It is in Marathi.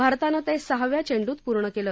भारतानं ते सहाव्या चेंडूत पूर्ण केलं